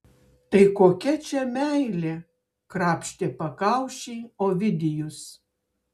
tai kokia čia meilė krapštė pakaušį ovidijus